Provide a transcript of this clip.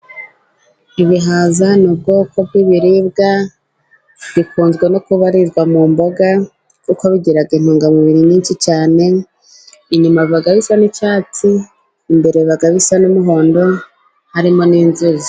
Ibihaza ni ubwoko bw'ibiribwa bikunze no kubarirwa mu mboga, kuko bigira intungamubiri nyinshi cyane, inyuma biba bisa n'icyatsi, imbere biba bisa n'umuhondo, harimo n'inzuzi.